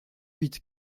huit